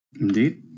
Indeed